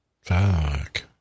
fuck